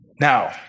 Now